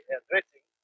addressing